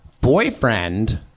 boyfriend